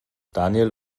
daniel